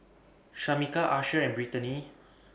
Shameka Asher and Brittany